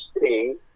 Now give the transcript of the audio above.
see